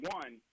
one